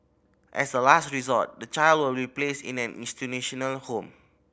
as a last resort the child will replaced in an institutional home